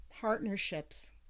Partnerships